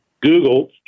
Google